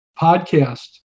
podcast